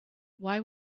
why